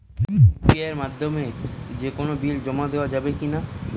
UPI এর মাধ্যমে যে কোনো বিল জমা দেওয়া যাবে কি না?